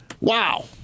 Wow